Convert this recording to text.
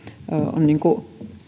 on